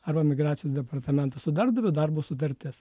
arba migracijos departamentas su darbdaviu darbo sutartis